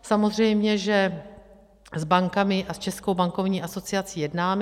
Samozřejmě že s bankami a s Českou bankovní asociací jednáme.